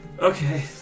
Okay